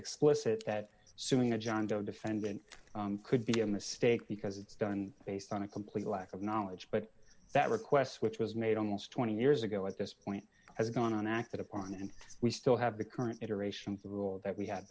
explicit that suing a john doe defendant could be a mistake because it's done based on a complete lack of knowledge but that request which was made almost twenty years ago at this point has gone on acted upon and we still have the current